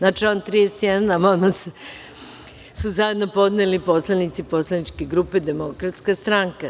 Na član 31. amandman su zajedno podneli poslanici Poslaničke grupe Demokratska stranka.